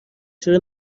چرا